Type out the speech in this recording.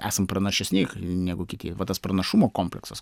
esam pranašesni negu kiti va tas pranašumo kompleksas